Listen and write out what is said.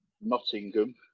Nottingham